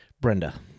Brenda